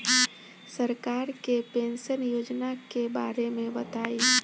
सरकार के पेंशन योजना के बारे में बताईं?